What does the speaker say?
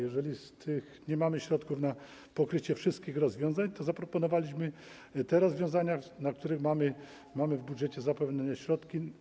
Jeżeli nie mamy środków na pokrycie wszystkich rozwiązań, to zaproponowaliśmy rozwiązania, na które mamy w budżecie zapewnione środki.